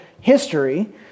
history